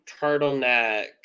turtleneck